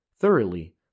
thoroughly